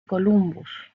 columbus